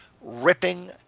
ripping